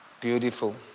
Beautiful